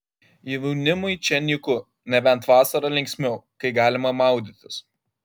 jaunimui čia nyku nebent vasarą linksmiau kai galima maudytis